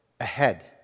ahead